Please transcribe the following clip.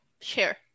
share